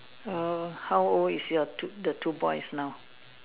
oh how old is your two the two boys now